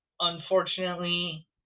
unfortunately